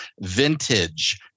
Vintage